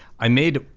i made,